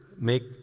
make